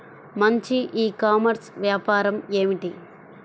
మంచి e commerce వ్యాపారం ఏమిటీ?